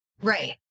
Right